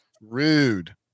Rude